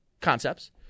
concepts